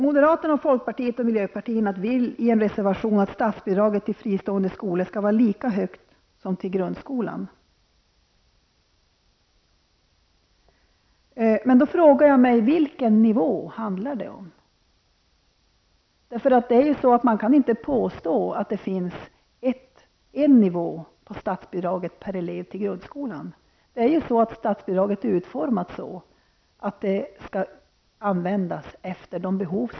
Moderaterna, folkpartiet och miljöpartiet framför i en reservation att de vill att statsbidraget till fristående skolor skall vara lika stort som statsbidraget till grundskolan. Men vilken nivå handlar det då om? Man kan ju inte påstå att det finns en nivå i fråga om statsbidraget per grundskoleelev. Statsbidraget är ju utformat så, att det skall användas efter behov.